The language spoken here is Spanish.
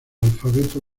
alfabeto